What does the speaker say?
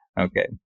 okay